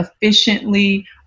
efficiently